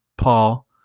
Paul